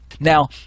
Now